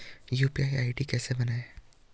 UPI ID कैसे बनायें?